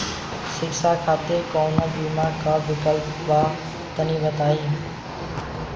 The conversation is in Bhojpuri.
शिक्षा खातिर कौनो बीमा क विक्लप बा तनि बताई?